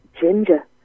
Ginger